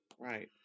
right